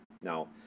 Now